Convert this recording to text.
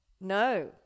No